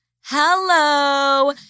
Hello